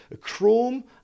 chrome